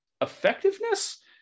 Effectiveness